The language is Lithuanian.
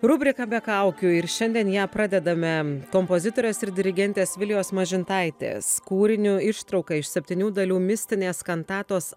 rubrika be kaukių ir šiandien ją pradedame kompozitorės ir dirigentės vilijos mažintaitės kūriniu ištrauka iš septynių dalių mistinės kantatos